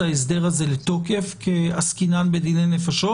ההסדר הזה לתוקף כי עסקינן בדיני נפשות.